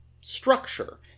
structure